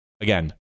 again